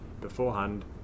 beforehand